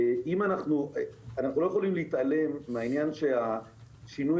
אנחנו לא יכולים להתעלם מהעניין שהשינוי